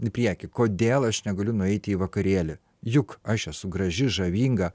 į priekį kodėl aš negaliu nueiti į vakarėlį juk aš esu graži žavinga